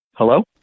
Hello